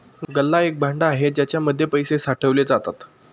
गल्ला एक भांड आहे ज्याच्या मध्ये पैसे साठवले जातात